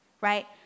right